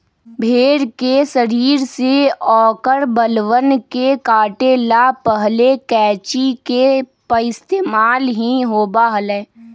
भेड़ के शरीर से औकर बलवन के काटे ला पहले कैंची के पइस्तेमाल ही होबा हलय